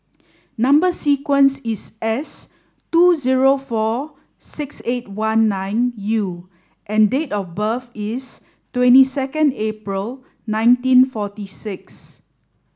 number sequence is S two zero four six eight one nine U and date of birth is twenty second April nineteen forty six